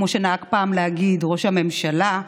כמו שנהג פעם להגיד ראש הממשלה,